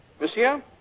Monsieur